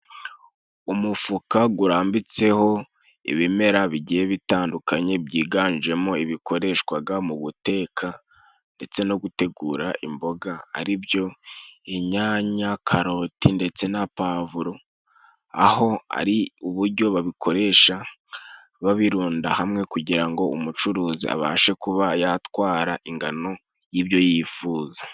Umufuka gurambitseho ibimera bigiye bitandukanye byiganjemo ibikoreshwaga mu guteka ndetse no gutegura imboga aribyo : inyanya, karoti ndetse na pavuro aho ari uburyo babikoresha babirunda hamwe kugira ngo umucuruzi abashe kuba yatwara ingano y'ibyo yifuza.